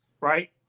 right